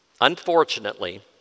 Unfortunately